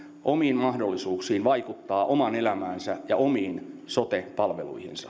omiin mahdollisuuksiin vaikuttaa omaan elämäänsä ja omiin sote palveluihinsa